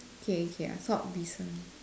okay okay I thought recently